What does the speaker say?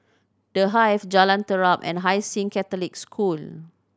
The Hive Jalan Terap and Hai Sing Catholic School